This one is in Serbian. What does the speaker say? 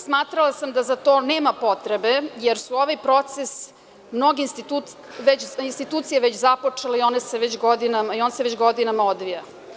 Smatrala sam da za to nema potrebe, jer su ovaj proces mnoge institucije već započele i on se već godinama odvija.